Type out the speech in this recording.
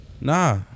nah